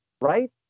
right